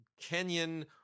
Kenyan